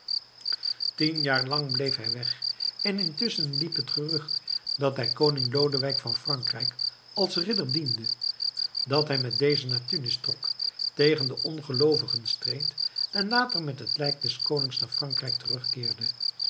tien jaar lang bleef hij weg en intusschen liep het gerucht dat hij koning lodewijk van frankrijk als ridder diende dat hij met dezen naar tunis trok tegen de ongeloovigen streed en later met het lijk des konings naar frankrijk terugkeerde